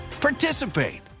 participate